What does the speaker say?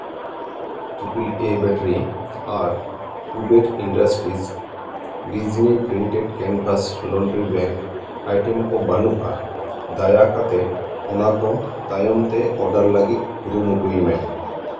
triple A battery ᱟᱨ Uber industries Disney printed canvas laundry bag item ᱠᱚ ᱵᱟᱹᱱᱩᱜᱼᱟ ᱫᱟᱭᱟᱠᱟᱛᱮᱫ ᱚᱱᱟ ᱠᱚ ᱛᱟᱭᱚᱢᱛᱮ ᱚᱱᱟᱠᱚ ᱚᱰᱟᱨ ᱞᱟᱹᱜᱤᱫ ᱠᱩᱨᱩᱢᱩᱴᱩᱭ ᱢᱮ